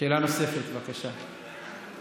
שאלה נוספת, בבקשה.